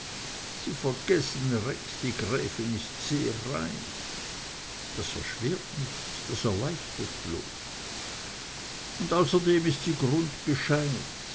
sie vergessen rex die gräfin ist sehr reich das erschwert nicht das erleichtert bloß und außerdem ist sie